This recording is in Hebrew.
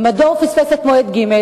ומדוע הוא פספס את מועד ג'?